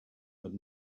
but